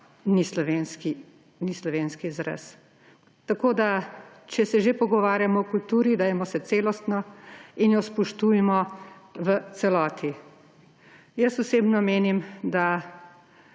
ni slovenski izraz. Tako, če se že pogovarjamo o kulturi, dajmo se celostno in jo spoštujmo v celoti. Osebno menim, da